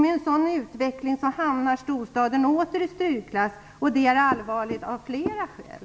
Med en sådan utveckling skulle storstaden åter hamna i strykklass, vilket vore allvarligt av flera skäl.